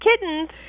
kittens